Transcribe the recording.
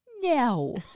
No